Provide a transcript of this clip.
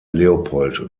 leopold